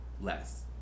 less